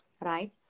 right